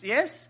Yes